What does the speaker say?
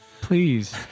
Please